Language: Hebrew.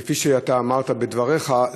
כפי שאמרת בדבריך,